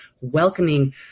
welcoming